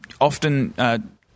often –